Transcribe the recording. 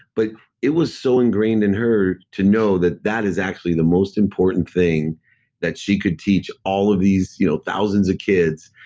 but it was so ingrained in her to know that that is actually the most important thing that she could teach all of these you know thousands of kids,